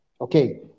Okay